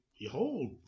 behold